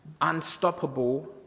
Unstoppable